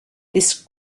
this